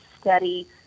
steady